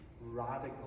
radical